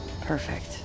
Perfect